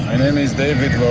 name is david